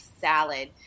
salad